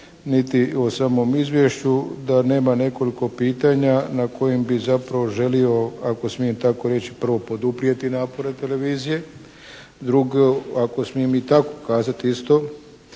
niti o samom izvješću da nema nekoliko pitanja na koja bi zapravo želio ako smijem tako reći, prvo poduprijeti napore televizije. Drugo, ako smijem i tako kazati isto,